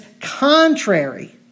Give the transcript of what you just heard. contrary